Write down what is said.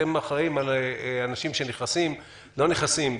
אתם אחראים על אנשים שנכנסים - לא נכנסים,